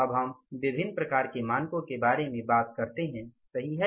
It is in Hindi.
अब हम विभिन्न प्रकार के मानकों के बारे में बात करते हैं सही है